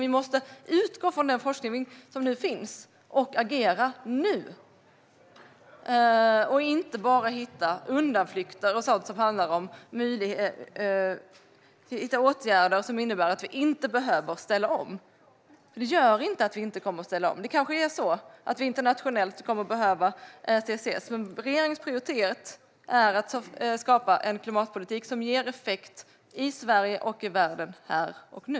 Och vi måste utgå från den forskning som nu finns och agera nu. Vi kan inte bara hitta undanflykter och föreslå åtgärder som innebär att vi inte behöver ställa om. Det gör inte att vi inte kommer att ställa om. Vi kommer kanske internationellt att behöva CCS. Regeringens prioritet är att skapa en klimatpolitik som ger effekt i Sverige och i världen här och nu.